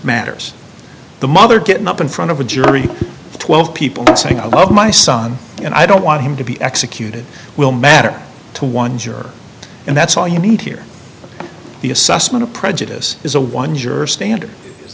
matters the mother getting up in front of a jury of twelve people and saying i love my son and i don't want him to be executed will matter to one juror and that's all you need here the assessment of prejudice is a one your standard is